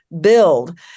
build